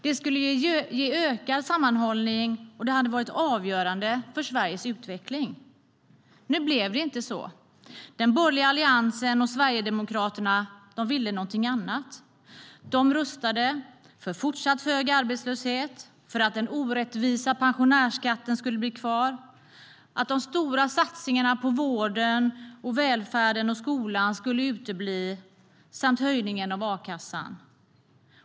Det skulle ge ökad sammanhållning, och det hade varit avgörande för Sveriges utveckling. Nu blev det inte så. Den borgerliga alliansen och Sverigedemokraterna ville något annat. De röstade för fortsatt hög arbetslöshet, för att den orättvisa pensionärsskatten ska bli kvar, för att de stora satsningarna på vården, välfärden och skolan ska utebli samt för höjningen av a-kassan.